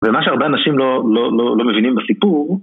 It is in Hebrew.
ומה שהרבה אנשים לא מבינים בסיפור